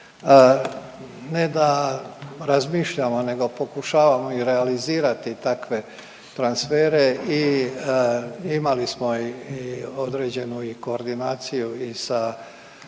Ne da razmišljamo nego pokušavamo i realizirati takve transfere i imali smo i određenu i koordinaciju i sa noncijaturom